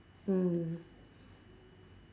mm